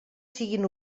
siguin